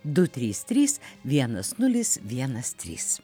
du trys trys vienas nulis vienas trys